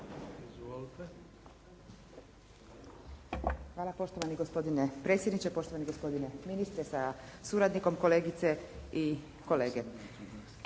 Hvala poštovani gospodine predsjedniče, poštovani gospodine ministre sa suradnikom, kolegice i kolege.